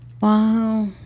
wow